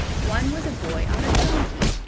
one was a boy on a donkey,